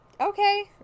Okay